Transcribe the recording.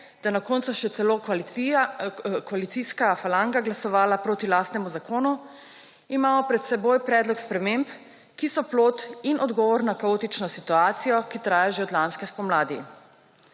je na koncu še koalicijska falanga glasovala proti lastnemu zakonu, imamo pred seboj predlog sprememb, ki so plod in odgovor na kaotično situacijo, ki traja že od lanske spomladi.